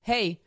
Hey